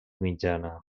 mitjana